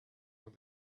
when